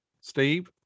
Steve